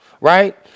right